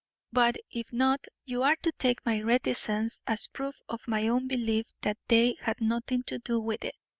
but if not, you are to take my reticence as proof of my own belief that they had nothing to do with it.